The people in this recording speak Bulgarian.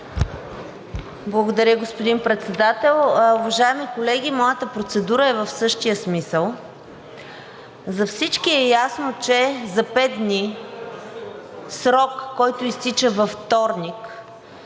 Благодаря, господин Председател. Уважаеми колеги, моята процедура е в същия смисъл. За всички е ясно, че за пет дни срок, който изтича във вторник,